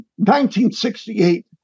1968